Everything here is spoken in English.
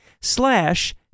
slash